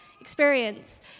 experience